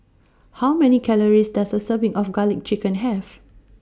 How Many Calories Does A Serving of Garlic Chicken Have